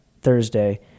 Thursday